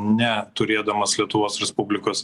neturėdamas lietuvos respublikos